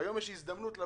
ולכלכל את עצמם גם